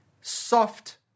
Soft